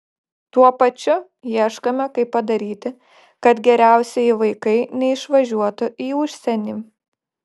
tuo pačiu ieškome kaip padaryti kad geriausieji vaikai neišvažiuotų į užsienį